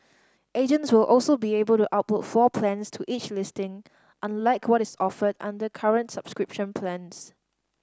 agents will also be able to upload floor plans to each listing unlike what is offered under current subscription plans